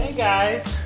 guys